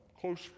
close